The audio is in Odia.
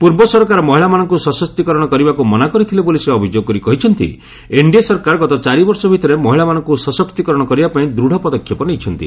ପୂର୍ବ ସରକାର ମହିଳାମାନଙ୍କ ସଶକ୍ତିକରଣ କରିବାକୁ ମନା କରିଥିଲେ ବୋଲି ସେ ଅଭିଯୋଗ କରି କହିଚ୍ଚନ୍ତି ଏନ୍ଡିଏ ସରକାର ଗତ ଚାରିବର୍ଷ ଭିତରେ ମହିଳାମାନଙ୍କୁ ସଶକ୍ତିକରଣ କରିବା ପାଇଁ ଦୂଢ଼ ପଦକ୍ଷେପ ନେଇଛନ୍ତି